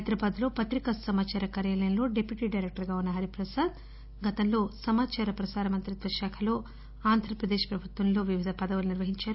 హైదరాబాద్ పత్రికా సమాచార కార్యాలయంలో డిప్యూటీ డైరెక్టర్గా ఉన్న హరిప్రసాద్ గతంలో సమాచార ప్రాసరామంత్రిత్వ శాఖలో ఆంధ్ర ప్రదేశ్ ప్రభుత్వంలో వివిధ పదవులు నిర్వహించారు